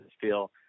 feel